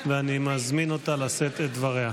ואני מזמין אותה לשאת את דבריה.